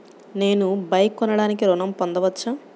నేను బైక్ కొనటానికి ఋణం పొందవచ్చా?